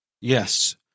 Yes